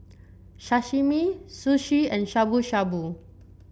Sashimi Sushi and Shabu Shabu